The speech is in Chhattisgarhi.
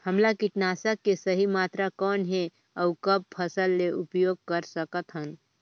हमला कीटनाशक के सही मात्रा कौन हे अउ कब फसल मे उपयोग कर सकत हन?